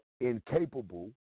incapable